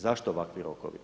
Zašto ovakvi rokovi?